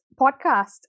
podcast